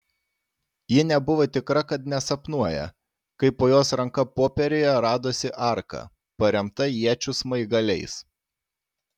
ji nebuvo tikra kad nesapnuoja kai po jos ranka popieriuje radosi arka paremta iečių smaigaliais